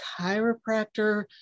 chiropractor